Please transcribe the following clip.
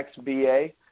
XBA